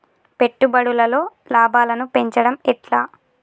పెట్టుబడులలో లాభాలను పెంచడం ఎట్లా?